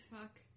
Fuck